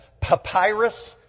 Papyrus